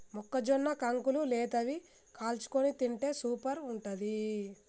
మొక్కజొన్న కంకులు లేతవి కాల్చుకొని తింటే సూపర్ ఉంటది